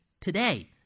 today